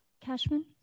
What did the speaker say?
Cashman